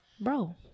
bro